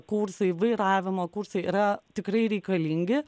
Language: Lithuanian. kursai vairavimo kursai yra tikrai reikalingi